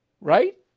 right